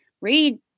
read